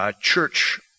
church